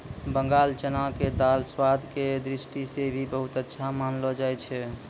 बंगाल चना के दाल स्वाद के दृष्टि सॅ भी बहुत अच्छा मानलो जाय छै